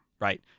right